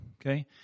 okay